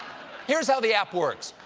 here's how the app works.